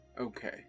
Okay